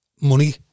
Money